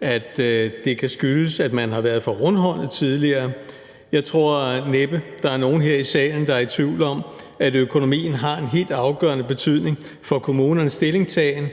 at det kan skyldes, at man har været for rundhåndet tidligere. Jeg tror næppe, at der er nogen her i salen, der i tvivl om, at økonomien har en helt afgørende betydning for kommunernes stillingtagen,